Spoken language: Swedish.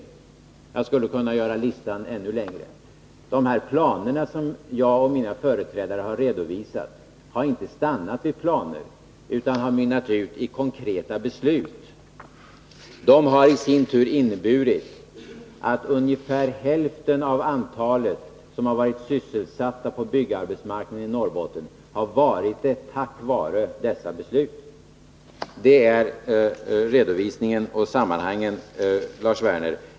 Jag skulle kunna göra listan ännu längre. De planer som jag och mina företrädare har redovisat har inte stannat vid planer utan har mynnat ut i konkreta beslut. Det har i sin tur inneburit att ungefär hälften av dem som har varit sysselsatta på byggarbetsmarknaden i Norrbotten har varit det tack vare dessa beslut. Det är redovisningen och sammanhangen, Lars Werner.